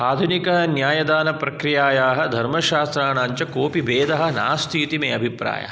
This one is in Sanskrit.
आधुनिकन्यायदानप्रक्रियायाः धर्मशास्त्राणां च कोपि भेदः नास्ति इति मे अभिप्रायः